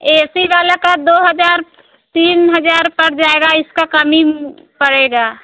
AC वाले का दो हजार तीन हजार पड़ जाएगा इसका कम ही पड़ेगा